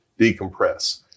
decompress